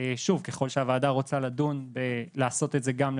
שוב, ככל שהוועדה רוצה לעשות את זה גם לשאר,